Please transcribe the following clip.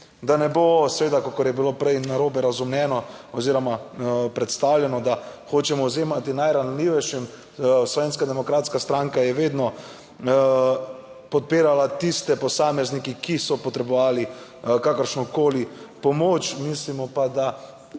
da ne bo seveda, kakor je bilo prej narobe razumljeno oziroma predstavljeno, da hočemo vzemati najranljivejšim; Slovenska demokratska stranka je vedno podpirala tiste posameznike, ki so potrebovali kakršnokoli pomoč, mislimo pa, da,